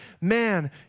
man